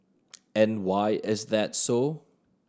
and why is that so